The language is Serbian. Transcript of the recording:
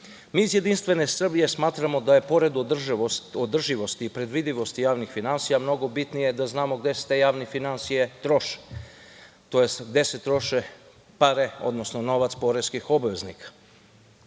da učinite. Mi iz JS smatramo da je pored održivosti i predvidivosti javnih finansija mnogo bitnije da znamo gde se te javne finansije troše tj. gde se troše pare, odnosno novac poreskih obveznika.